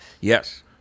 Yes